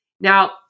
Now